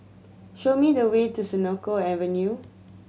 show me the way to Senoko Avenue